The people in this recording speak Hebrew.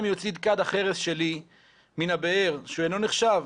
יוציא את כד החרס שלי מן הבאר שאינו נחשב,